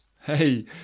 Hey